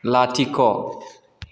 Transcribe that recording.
लाथिख'